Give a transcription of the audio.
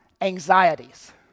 anxieties